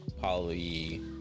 poly